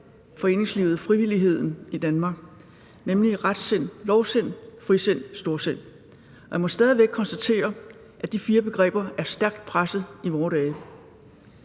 foreningslivet og frivilligheden i Danmark, nemlig retsind, lovsind, frisind og storsind – og jeg må stadig væk konstatere, at de fire begreber er stærkt pressede i vore dage.